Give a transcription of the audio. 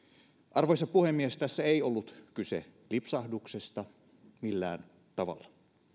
arvoisa puhemies tässä ei ollut kyse lipsahduksesta millään tavalla